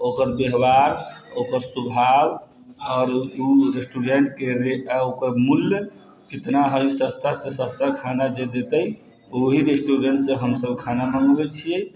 ओकर व्यवहार ओकर स्वभाव आओर ओ रेस्टूरेन्टके आओरओकर मूल्य कतना हइ सस्तासँ सस्ता खाना जे देतै ओहि रेस्टूरेन्टसँ हमसब खाना मँगबै छिए